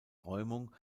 räumung